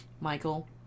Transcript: Michael